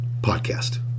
podcast